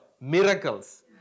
Miracles